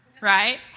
Right